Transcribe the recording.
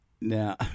Now